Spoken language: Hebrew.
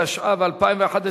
התשע"ב 2011,